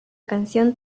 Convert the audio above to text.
canción